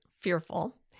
fearful